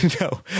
no